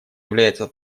является